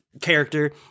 character